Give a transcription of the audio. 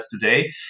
today